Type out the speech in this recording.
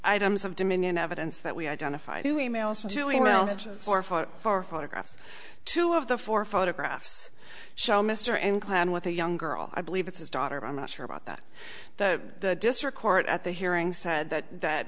items of dominion evidence that we identify who e mail us and doing well or fought for photographs two of the four photographs show mr and plan with a young girl i believe it's his daughter i'm not sure about that the district court at the hearing said that that